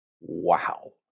Wow